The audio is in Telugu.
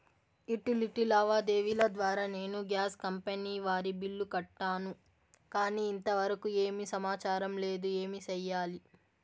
యుటిలిటీ లావాదేవీల ద్వారా నేను గ్యాస్ కంపెని వారి బిల్లు కట్టాను కానీ ఇంతవరకు ఏమి సమాచారం లేదు, ఏమి సెయ్యాలి?